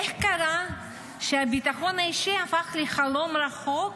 איך קרה שהביטחון האישי הפך לחלום רחוק